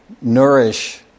nourish